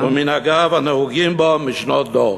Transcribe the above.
ובמנהגיו הנהוגים בו משנות דור.